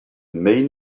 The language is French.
main